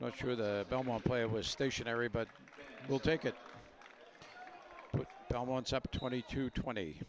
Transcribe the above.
not sure the belmont player was stationary but will take it down once up to twenty two twenty